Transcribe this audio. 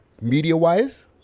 media-wise